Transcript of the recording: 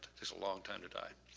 just a long time to die.